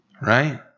right